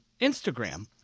Instagram